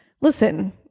Listen